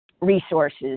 resources